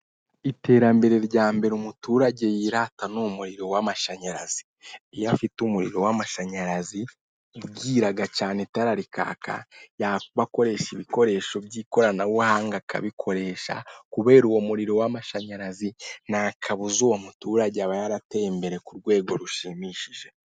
Iterambere rya mbere umuturage yirata ni umuriro w'amashanyarazi. Iyo afite umurirp w'amashanyarazi bwira agacana itara rikaka, yaba akoresha ibikoresho by'ikoranabuhanga akabikoresha kubera uwo muriro w'amashinyarazi, nta kabuza uwo muturage aba yarateye imbere ku rwego rushimishije.